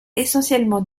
essentiellement